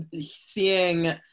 seeing